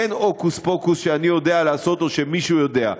אין הוקוס-פוקוס שאני יודע לעשות או שמישהו יודע.